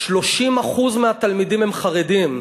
30% מהתלמידים הם חרדים,